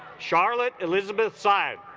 charlotte elizabeth side